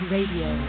Radio